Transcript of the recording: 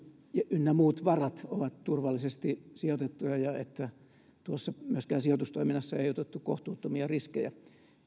ynnä muiden varat ovat turvallisesti sijoitettuja ja että myöskään tuossa sijoitustoiminnassa ei otettu kohtuuttomia riskejä